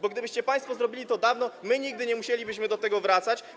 Bo gdybyście państwo zrobili to dawno, my nigdy nie musielibyśmy do tego wracać.